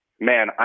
Man